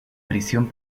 prisión